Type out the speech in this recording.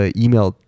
email